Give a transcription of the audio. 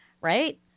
Right